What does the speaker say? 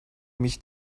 mich